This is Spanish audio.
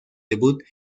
debut